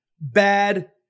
bad